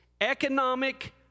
economic